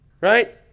right